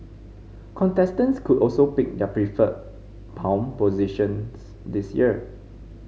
contestants could also pick their preferred palm positions this year